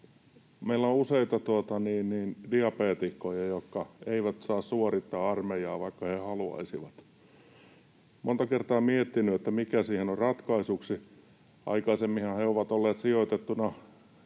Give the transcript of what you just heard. Meillä on useita diabeetikkoja, jotka eivät saa suorittaa armeijaa, vaikka he haluaisivat. Monta kertaa olen miettinyt, mikä siihen olisi ratkaisuksi. Aikaisemminhan he ovat olleet sijoitettuna